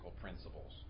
principles